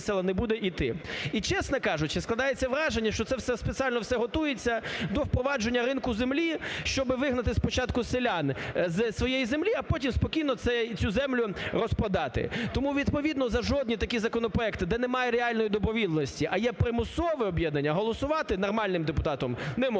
І, чесно кажучи, складається враження, що це все спеціально готується до впровадження ринку землі, щоб вигнати спочатку селян із своєї землі, а потім спокійно цю землю розпродати. Тому відповідно за жодні такі законопроекти, де немає реальної добровільності, а є примусове об'єднання, голосувати нормальним депутатам не можна.